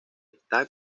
está